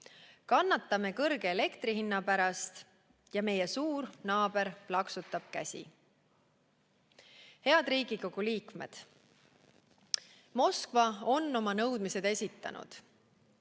Kannatame elektri kõrge hinna pärast ja meie suur naaber plaksutab käsi. Head Riigikogu liikmed! Moskva on oma nõudmised esitanud.